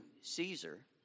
Caesar